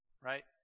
Right